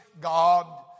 God